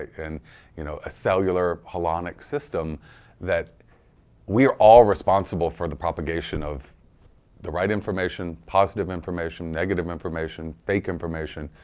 and you know a cellular holonic system that we are all responsible with the propagation of the right information, positive information, negative information, fake information.